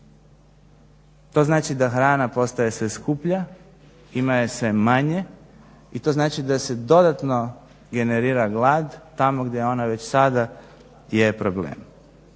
To znači da hrana postaje sve skuplja, ima je sve manje i to znači da se dodatno generira glad tamo gdje je ona već sada problem.